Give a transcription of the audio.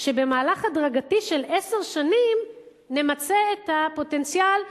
שבמהלך הדרגתי של עשר שנים נמצה את הפוטנציאל,